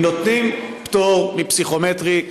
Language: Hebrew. אם נותנים פטור מפסיכומטרי,